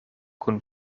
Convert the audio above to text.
kun